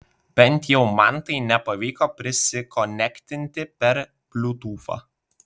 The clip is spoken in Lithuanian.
bent jau man tai nepavyko prisikonektinti per bliutūfą